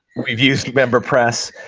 we've used memberpress.